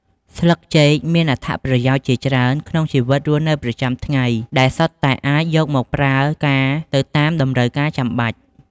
ស្លឹកចេកមានអត្ថប្រយោជន៍ជាច្រើនក្នុងជីវិតរស់នៅប្រចាំថ្ងៃ ដែលសុទ្ធតែអាចយកមកប្រើការទៅតាមតម្រូវការចាំបាច់។